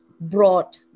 brought